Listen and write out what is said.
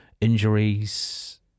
injuries